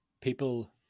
people